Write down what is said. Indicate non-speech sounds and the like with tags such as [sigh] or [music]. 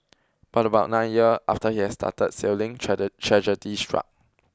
but about nine year after he had started sailing [unintelligible] tragedy struck